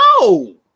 No